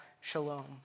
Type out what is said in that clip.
shalom